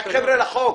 רק חבר'ה, לחוק.